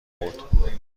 بود